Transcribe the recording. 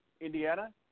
Indiana